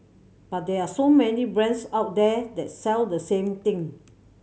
but there are so many brands out there that sell the same thing